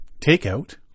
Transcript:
takeout